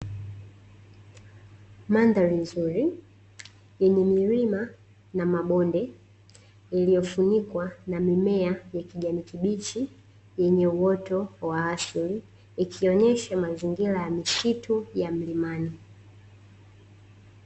Mandhari nzuri yenye milima na mabonde, iliyofunikwa na mimea ya kijani kibichi yenye uoto wa asili, ikionyesha mazingira ya misitu ya mlimani.